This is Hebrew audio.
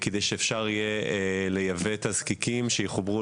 כדי שאפשר יהיה לייבא את תזקיקים שיחוברו